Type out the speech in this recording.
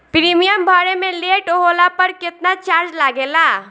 Premium भरे मे late होला पर केतना चार्ज लागेला?